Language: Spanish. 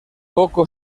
poco